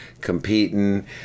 competing